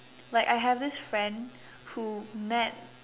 like I have this friend who met